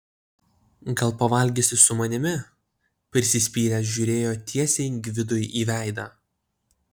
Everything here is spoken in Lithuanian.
gal pavalgysi su manimi prisispyręs žiūrėjo tiesiai gvidui į veidą